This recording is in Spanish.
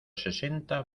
sesenta